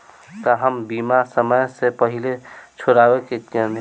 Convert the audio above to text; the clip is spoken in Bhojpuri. का हम बीमा समय से पहले छोड़वा सकेनी?